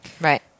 right